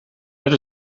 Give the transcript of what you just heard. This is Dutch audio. het